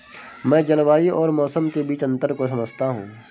मैं जलवायु और मौसम के बीच अंतर को समझता हूं